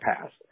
past